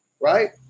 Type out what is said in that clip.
right